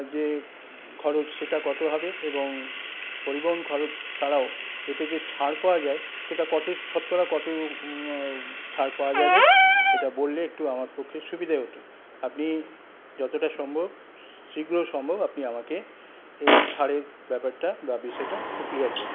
যে খরচ সেটা কত হবে এবং পরিবহন খরচ ছাড়াও এতে যে ছাড় পাওয়া যায় সেটা কত শতকরা কত ছাড় পাওয়া যাবে এটা বললে একটু আমার পক্ষে সুবিধাই হত আপনি যতটা সম্ভব শীঘ্র সম্ভব আপনি আমাকে এই ছাড়ের ব্যাপারটা বা বিষয়টা একটু ক্লিয়ার করুন